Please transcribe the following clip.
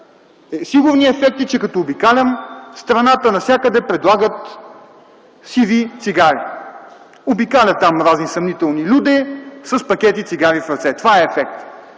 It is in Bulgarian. Сигурният ефект е, че като обикалям страната, навсякъде предлагат сиви цигари – обикалят там разни съмнителни люде с пакети цигари в ръце. Това е ефектът!